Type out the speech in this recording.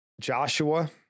Joshua